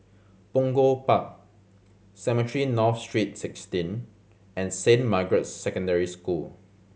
Punggol Park Cemetry North Street Sixteen and Saint Margaret's Secondary School